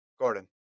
Gordon